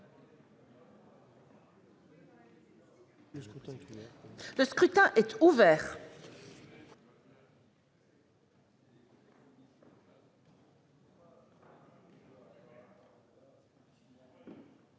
Le scrutin est ouvert.